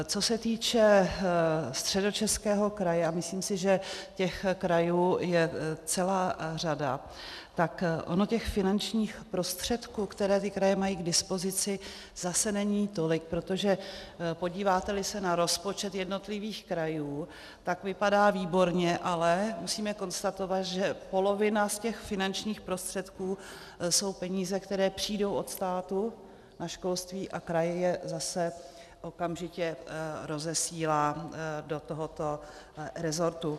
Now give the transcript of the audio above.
Co se týče Středočeského kraje, a myslím si, že těch krajů je celá řada, tak těch finančních prostředků, které ty kraje mají k dispozici, zase není tolik, protože podíváteli se na rozpočet jednotlivých krajů, tak vypadá výborně, ale musíme konstatovat, že polovina z těch finančních prostředků jsou peníze, které přijdou od státu na školství, a kraj je zase okamžitě rozesílá do tohoto resortu.